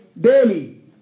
Daily